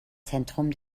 zentrum